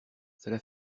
cela